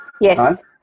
Yes